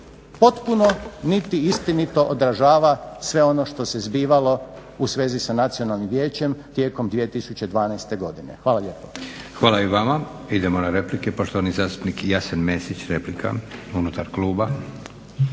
potpuno niti istinito odražava sve ono što se zbivalo u svezi sa Nacionalnim vijećem tijekom 2012. godine. Hvala lijepo. **Leko, Josip (SDP)** Hvala i vama. Idemo na replike. Poštovani zastupnik Jasen Mesić, replika unutar kluba.